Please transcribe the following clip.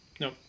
No